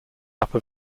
upper